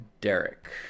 Derek